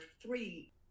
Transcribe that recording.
three